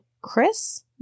Chris